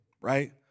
right